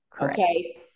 Okay